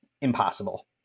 impossible